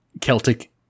Celtic